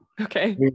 Okay